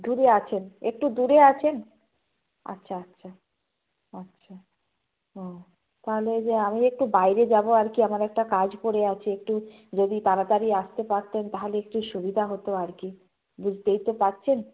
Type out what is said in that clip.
দূরে আছেন একটু দূরে আছেন আচ্ছা আচ্ছা আচ্ছা ও তাহলে যে আমি একটু বাইরে যাব আর কি আমার একটা কাজ পড়ে আছে একটু যদি তাড়াতাড়ি আসতে পারতেন তাহলে একটু সুবিধা হতো আর কি বুঝতেই তো পারছেন